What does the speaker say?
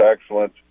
excellent